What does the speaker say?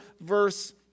verse